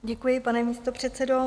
Děkuji, pane místopředsedo.